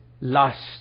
lust